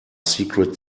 secret